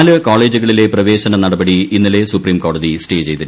നാല് കോളേജുകളിലെ പ്രവേശന നടപടി ഇന്നലെ സുപ്രിം കോടതി സ്റ്റേ ചെയ്തിരുന്നു